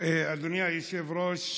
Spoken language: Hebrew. אדוני היושב-ראש,